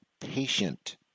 patient